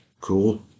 cool